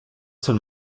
seul